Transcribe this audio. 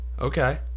Okay